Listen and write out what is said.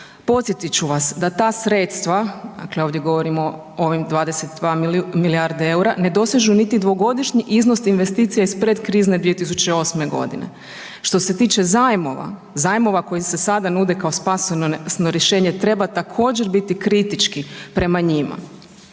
Podsjetit ću vas da ta sredstva, dakle ovdje govorimo o ovim 22 milijarde eura, ne dosežu niti dvogodišnji iznos investicija iz predkrizne 2008. g. Što se tiče zajmova, zajmova koji se sada nude kao spasonosno rješenje treba također, biti kritički prema njima.